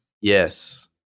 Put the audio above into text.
Yes